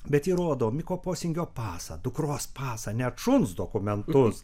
bet ji rodo miko posingio pasą dukros pasą net šuns dokumentus